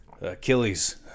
Achilles